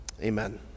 Amen